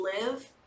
live